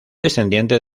descendiente